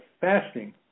fasting